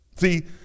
See